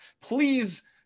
Please